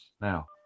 Now